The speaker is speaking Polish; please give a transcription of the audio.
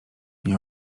nie